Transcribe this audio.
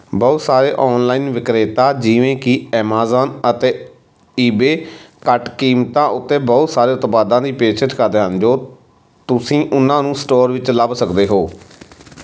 ਬਹੁਤ ਸਾਰੇ ਔਨਲਾਈਨ ਵਿਕਰੇਤਾ ਜਿਵੇਂ ਕਿ ਐਮਾਜ਼ਾਨ ਅਤੇ ਈਬੇ ਘੱਟ ਕੀਮਤਾਂ ਉੱਤੇ ਬਹੁਤ ਸਾਰੇ ਉਤਪਾਦਾਂ ਦੀ ਪੇਸ਼ਕਸ਼ ਕਰਦੇ ਹਨ ਜੋ ਤੁਸੀਂ ਉਨ੍ਹਾਂ ਨੂੰ ਸਟੋਰ ਵਿੱਚ ਲੱਭ ਸਕਦੇ ਹੋ